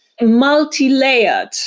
multi-layered